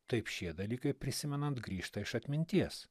taip šie dalykai prisimenant grįžta iš atminties